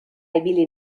ibili